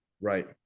right